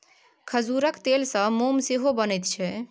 खजूरक तेलसँ मोम सेहो बनैत छै